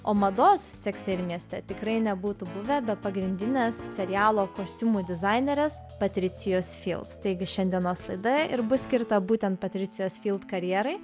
o mados sekse ir mieste tikrai nebūtų buvę be pagrindinės serialo kostiumų dizainerės patricijos taigi šiandienos laida ir bus skirta būtent patricijos karjerai